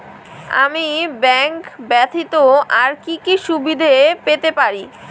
আমি ব্যাংক ব্যথিত আর কি কি সুবিধে পেতে পারি?